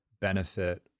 benefit